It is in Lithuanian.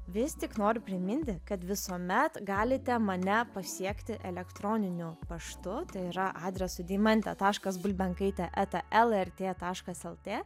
vis tik noriu priminti kad visuomet galite mane pasiekti elektroniniu paštu tai yra adresu deimantė taškas bulbenkaitė eta lrt taškas lt